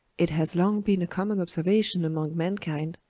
it has long been a common observation among mankind,